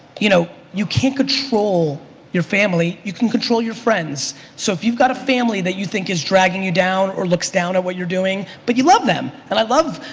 you know, you can't control your family, you can control your friends so if you've got a family that you think is dragging you down or looks down to what you're doing but you love them and i love,